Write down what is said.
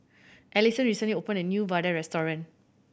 Alisson recently opened a new vadai restaurant